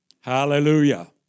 Hallelujah